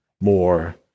more